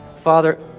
Father